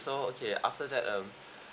so okay after that um